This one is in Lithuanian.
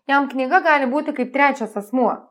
jam knyga gali būti kaip trečias asmuo